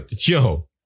Yo